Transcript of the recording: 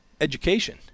education